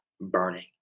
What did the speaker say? burning